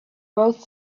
both